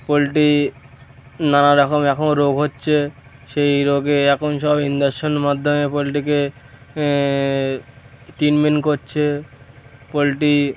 পোলট্রির নানারকম এখন রোগ হচ্ছে সেই রোগে এখন সব ইঞ্জেকশনের মাধ্যমে পোলট্রিকে ট্রিটমেন্ট করছে পোলট্রি